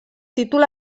títol